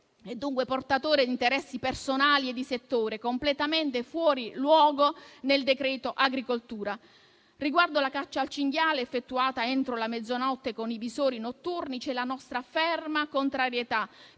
e dunque portatore di interessi personali e di settore, completamente fuori luogo nel decreto agricoltura. Riguardo alla caccia al cinghiale effettuata entro la mezzanotte con i visori notturni c'è la nostra ferma contrarietà,